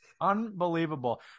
Unbelievable